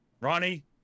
Ronnie